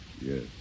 Yes